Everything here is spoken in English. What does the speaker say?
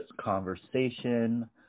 conversation